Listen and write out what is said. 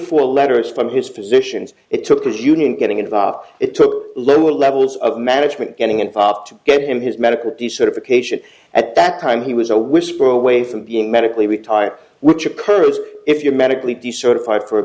four letters from his physicians it took his union getting involved it took lower levels of management getting and gave him his medical decertification at that time he was a whisper away from being medically retired which occurs if you're medically decertified for a